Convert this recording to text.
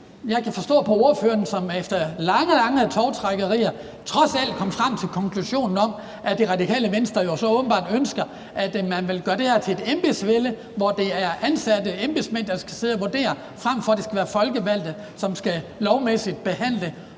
Jeg kan forstå, at ordføreren efter lange tovtrækkerier trods alt kom frem til den konklusion, at Radikale Venstre ønsker, at man vil gøre det her til et embedsvælde, hvor det er ansatte embedsmænd, der skal sidde og vurdere det, frem for at det skal være folkevalgte, som lovmæssigt skal behandle